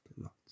lots